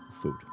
food